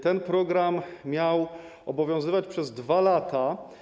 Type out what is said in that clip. Ten program miał obowiązywać przez 2 lata.